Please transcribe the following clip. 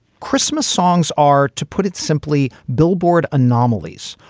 christmas songs are, to put it simply, billboard anomalies.